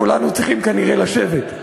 כולנו צריכים כנראה לשבת.